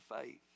faith